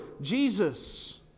Jesus